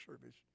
service